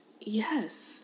yes